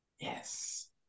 Yes